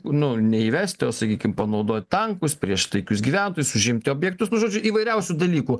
nu neįvest o sakykim panaudot tankus prieš taikius gyventojus užimti objektus nu žodžiu įvairiausių dalykų